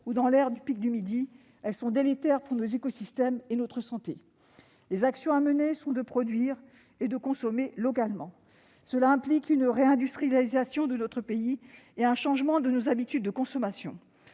ou dans l'air au Pic du Midi. Elles sont délétères pour nos écosystèmes et pour notre santé. Nous devons produire et consommer localement, ce qui implique une réindustrialisation de notre pays et un changement de nos habitudes de consommation.